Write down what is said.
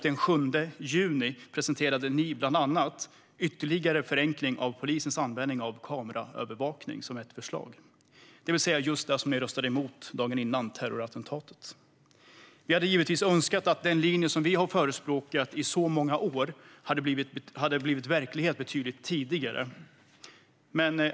Den 7 juni presenterade ni bland annat ett förslag om ytterligare förenkling av polisens användning av kameraövervakning, det vill säga just det ni röstade emot dagen före terrorattentatet. Vi hade givetvis önskat att den linje som vi har förespråkat i så många år skulle ha blivit verklighet betydligt tidigare.